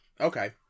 Okay